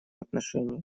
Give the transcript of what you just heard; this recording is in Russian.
отношении